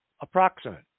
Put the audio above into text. approximate